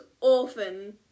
orphan